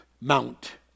mount